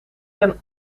hen